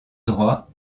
droit